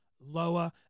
lower